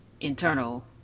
internal